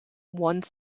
one